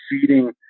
feeding